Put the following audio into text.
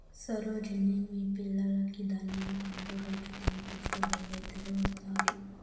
సరోజిని మీ పిల్లలకి దానిమ్మ పండ్లు రోజూ తినిపిస్తే బల్లే తెలివొస్తాది